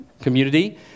community